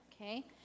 Okay